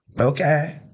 okay